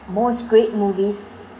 most great movies